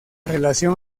relación